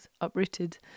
Uprooted